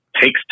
takes